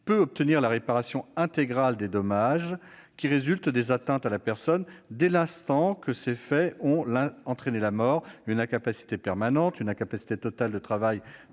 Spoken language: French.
peut obtenir la réparation intégrale des dommages qui résultent des atteintes à la personne », dès l'instant que ces faits ont entraîné la mort, une incapacité permanente ou une incapacité totale de travail